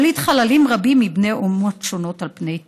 הוליד חללים רבים מבני אומות שונות על פני תבל,